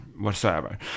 whatsoever